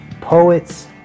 poets